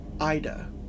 Ida